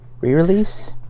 re-release